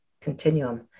Continuum